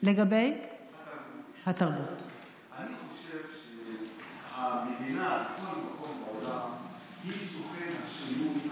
לגבי התרבות: אני חושב שהמדינה בכל מקום בעולם היא סוכן השינוי,